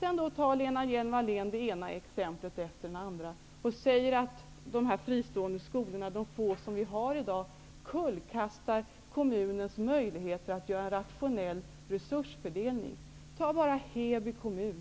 Sedan tar Lena Hjelm-Wallén det ena exemplet efter det andra och säger att de få fristående skolor som vi har i dag kullkastar kommunens möjligheter att göra en rationell resursfördelning. Titta på Heby kommun!